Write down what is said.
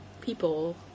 people